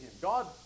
God